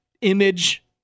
image